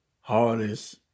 hardest